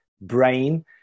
brain